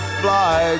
fly